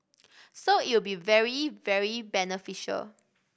so it'll be very very beneficial